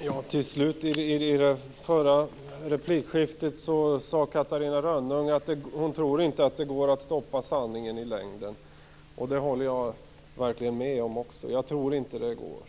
Fru talman! I slutet av det förra replikskiftet sade Catarina Rönnung att hon inte tror att det går att stoppa sanningen i längden. Det håller jag verkligen med om. Jag tror inte att det går.